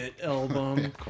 album